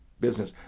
business